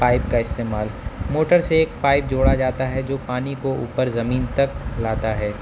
pipe کا استعمال motor سے ایک پائپ جوڑا جاتا ہے جو پانی کو اوپر زمین تک لاتا ہے